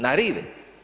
Na rivi.